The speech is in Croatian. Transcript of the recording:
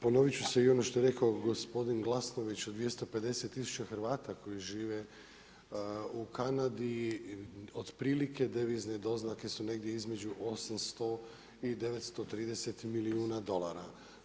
Ponovit ću ono što je rekao i gospodin Glasnović o 250 tisuća Hrvata koji žive u Kanadi, otprilike devizne doznake su negdje između 800 i 930 milijuna dolara.